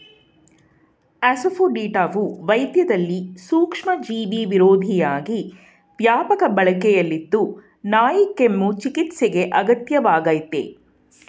ಅಸಾಫೋಟಿಡಾವು ವೈದ್ಯದಲ್ಲಿ ಸೂಕ್ಷ್ಮಜೀವಿವಿರೋಧಿಯಾಗಿ ವ್ಯಾಪಕ ಬಳಕೆಯಲ್ಲಿದ್ದು ನಾಯಿಕೆಮ್ಮು ಚಿಕಿತ್ಸೆಗೆ ಅಗತ್ಯ ವಾಗಯ್ತೆ